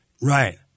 Right